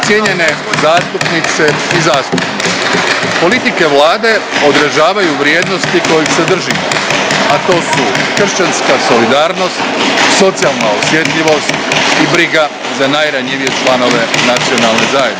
Cijenjene zastupnice i zastupnici politike Vlade odražavaju vrijednosti kojih se držimo, a to su kršćanska solidarnost, socijalna osjetljivosti i briga za najranjivije članove nacionalne zajednice.